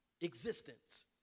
existence